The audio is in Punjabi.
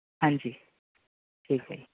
ਹਾਂਜੀ ਠੀਕ ਹੈ ਜੀ